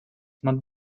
not